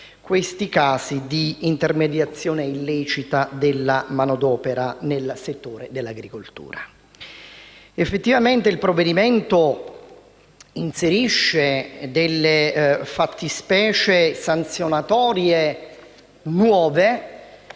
i casi di intermediazione illecita della manodopera nel settore dell'agricoltura. Il provvedimento inserisce delle fattispecie sanzionatorie nuove,